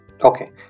Okay